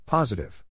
Positive